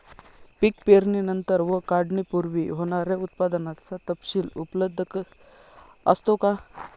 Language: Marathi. पीक पेरणीनंतर व काढणीपूर्वी होणाऱ्या उत्पादनाचा तपशील उपलब्ध असतो का?